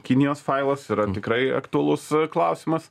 kinijos failas yra tikrai aktualus klausimas